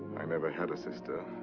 i never had a sister.